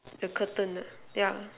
the curtain yeah